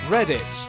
Reddit